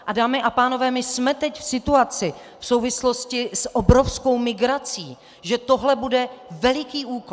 A dámy a pánové, my jsme teď v situaci v souvislosti s obrovskou migrací, že tohle bude veliký úkol.